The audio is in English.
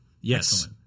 Yes